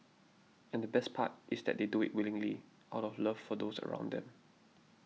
and the best part is that they do it willingly out of love for those around them